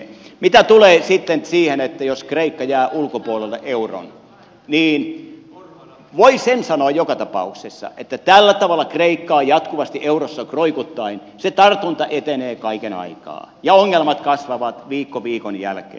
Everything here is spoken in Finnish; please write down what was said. mitä tulee sitten siihen että jos kreikka jää euron ulkopuolelle niin voin sen sanoa joka tapauksessa että tällä tavalla kreikkaa jatkuvasti eurossa roikuttaen se tartunta etenee kaiken aikaa ja ongelmat kasvavat viikko viikon jälkeen